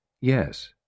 Yes